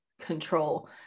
control